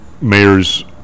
mayors